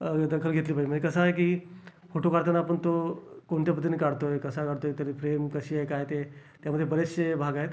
दखल घेतली पाहिजे म्हणजे कसं आहे की फोटो काढताना आपण तो कोणत्या पध्दतीने काढतोय कसा काढतोय त्याची फ्रेम कशी आहे काय ते त्यामध्ये बरेचसे भाग आहेत